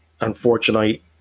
unfortunately